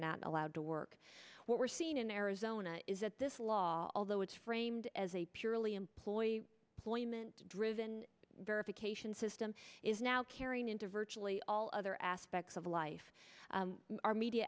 not allowed to work what we're seeing in arizona is that this law although it's framed as a purely employer driven verification system is now carrying into virtually all other aspects of life our media